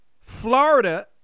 Florida